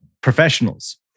professionals